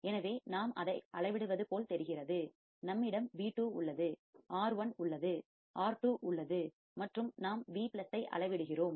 எனவே நாம் அதை அளவிடுவது போல் தெரிகிறது நம்மிடம் V2 உள்ளது R1 உள்ளது R2 உள்ளது மற்றும் நாம் V ஐ அளவிடுகிறோம்